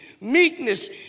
meekness